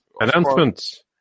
announcements